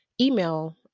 email